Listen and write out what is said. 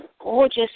gorgeous